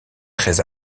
très